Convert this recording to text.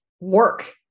work